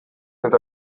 eta